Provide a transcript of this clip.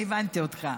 אני הבנתי אותך.